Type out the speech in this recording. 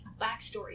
backstory